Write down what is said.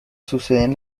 suceden